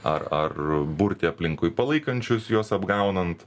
ar ar burti aplinkui palaikančius juos apgaunant